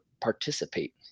participate